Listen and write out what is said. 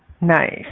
Nice